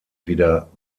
wieder